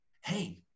hey